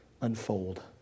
unfold